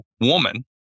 woman